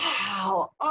Wow